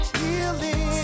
healing